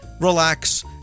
relax